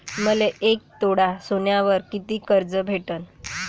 मले एक तोळा सोन्यावर कितीक कर्ज भेटन?